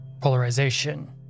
polarization